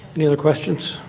any other questions?